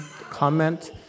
Comment